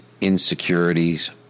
insecurities